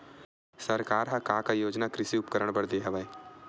सरकार ह का का योजना कृषि उपकरण बर दे हवय?